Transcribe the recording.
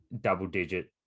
double-digit